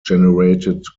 generated